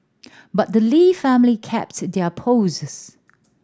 but the Lee family kept their poises